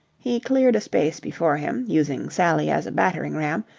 he cleared a space before him, using sally as a battering-ram,